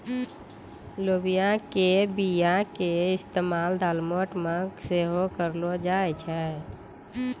लोबिया के बीया के इस्तेमाल दालमोट मे सेहो करलो जाय छै